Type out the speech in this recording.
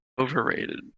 Overrated